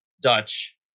Dutch